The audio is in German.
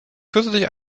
kürzlich